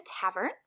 tavern